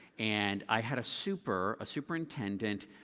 and i had a super, a superintendent,